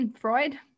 Freud